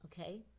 okay